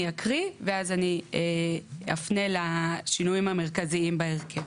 אני אקריא ואז אפנה לשינויים המרכזיים בהרכב.